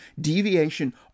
deviation